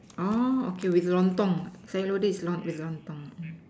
oh okay with the Lontong say lot did not with Lontong